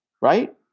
right